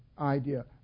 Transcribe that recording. idea